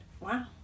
wow